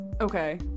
Okay